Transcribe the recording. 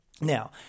Now